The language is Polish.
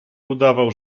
udawał